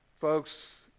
Folks